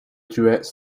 duets